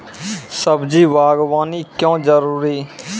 सब्जी बागवानी क्यो जरूरी?